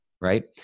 right